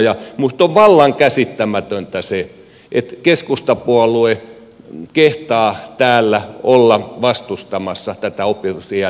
minusta on vallan käsittämätöntä se että keskustapuolue kehtaa täällä olla vastustamassa tätä oppivelvollisuusiän nostoa